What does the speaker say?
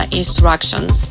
instructions